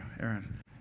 Aaron